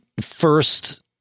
first